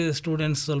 students